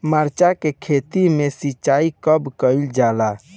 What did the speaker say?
मिर्चा के खेत में सिचाई कब कइल जाला?